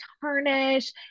tarnish